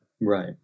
Right